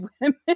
women